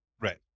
right